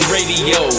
Radio